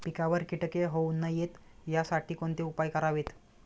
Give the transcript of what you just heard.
पिकावर किटके होऊ नयेत यासाठी कोणते उपाय करावेत?